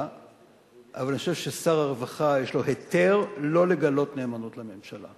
אבל אני חושב ששר הרווחה יש לו היתר לא לגלות נאמנות לממשלה.